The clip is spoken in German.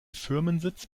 firmensitz